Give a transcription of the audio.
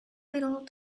little